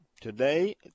Today